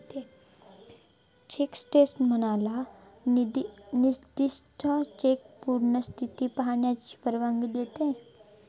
check status तुम्हाला निर्दिष्ट चेकची पूर्ण स्थिती पाहण्याची परवानगी देते